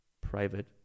private